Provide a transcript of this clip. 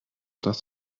das